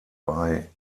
bei